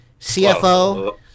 CFO